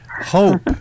hope